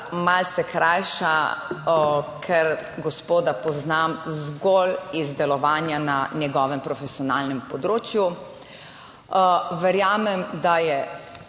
malce krajša, ker gospoda poznam zgolj iz delovanja na njegovem profesionalnem področju. Verjamem, da je